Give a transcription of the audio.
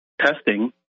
testing